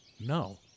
No